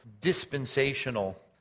dispensational